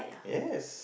yes